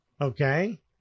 Okay